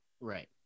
right